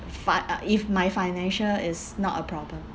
fi~ uh if my financial is not a problem